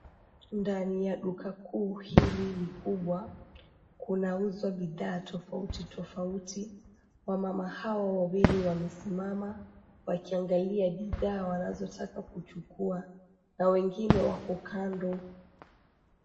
Ndani ya duka kuu hili likubwa, kunauzwa bidhaa tofauti tofauti. Wamama hawa wawili wamesimama wakiangalia bidhaa wanazotaka kuchukua na wengine wako kando .